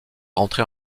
rentrer